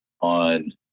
on